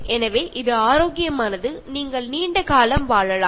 எனவே இது ஆரோக்கியமானது நீங்கள் நீண்ட காலம் வாழலாம்